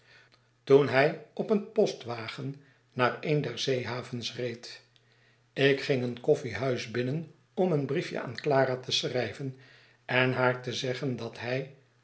toen hij op een postwagen naar eene der zeehavens reed ik ging een koffiehuis binnen om een briefje aan clara te schrijven en haar te zeggen dat hij